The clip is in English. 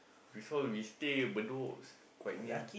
because we stay Bedok it's quite near